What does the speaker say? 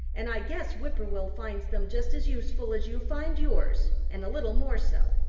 and i guess whip-poor-will finds them just as useful as you find yours, and a little more so.